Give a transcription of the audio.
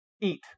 eat